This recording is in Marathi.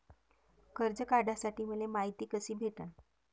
कर्ज काढासाठी मले मायती कशी भेटन?